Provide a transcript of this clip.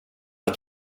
att